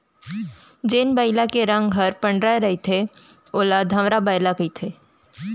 जेन बइला के रंग ह पंडरा रहिथे ओला धंवरा बइला कथें